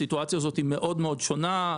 הסיטואציה הזאת מאוד-מאוד שונה.